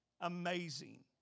amazing